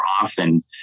often